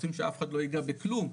רוצים שאף אחד לא ייגע בכלום,